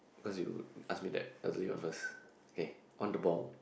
cause you ask you that earlier first okay on the ball